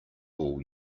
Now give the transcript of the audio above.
all